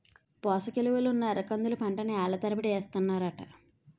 పోసకిలువలున్న ఎర్రకందుల పంటని ఏళ్ళ తరబడి ఏస్తన్నారట